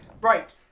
Right